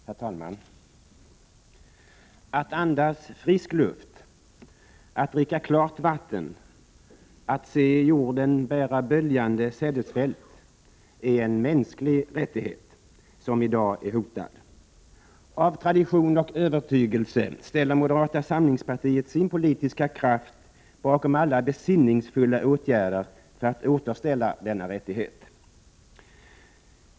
Herr talman! Att andas frisk luft, att dricka klart vatten, att se jorden bära böljande sädesfält är en mänsklig rättighet som i dag är hotad. Av tradition och övertygelse ställer moderata samlingspartiet sin politiska kraft bakom alla besinningsfulla åtgärder för att återställa denna rättighet.